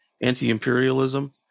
anti-imperialism